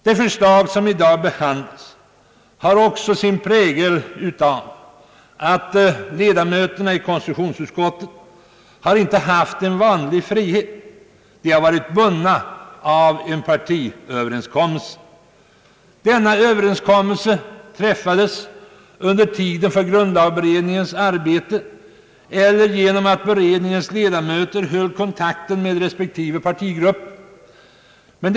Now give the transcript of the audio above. Det förslag som i dag behandlas har också sin prägel av att ledamöterna i konstitutionsutskottet inte haft vanlig frihet. De har varit bundna av en partiöverenskommelse. Denna överenskommelse träffades under tiden för grundlagberedningens arbete eller genom att beredningens ledamöter höll kontakt med respektive partigrupper.